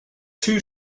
two